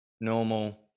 normal